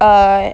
uh